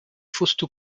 fausto